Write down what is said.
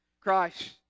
Christ